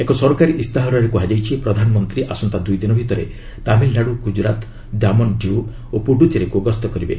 ଏକ ସରକାରୀ ଇସ୍ତାହାରରେ କୁହାଯାଇଛି ପ୍ରଧାନମନ୍ତ୍ରୀ ଆସନ୍ତା ଦୁଇଦିନ ଭିତରେ ତାମିଲନାଡୁ ଗୁଜରାତ ଡାମନ ଡିଉ ଓ ପୁଡ଼ୁଚେରୀକୁ ଗସ୍ତ କରିବେ